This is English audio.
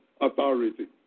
authority